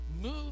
move